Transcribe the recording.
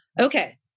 Okay